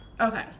okay